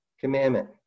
commandment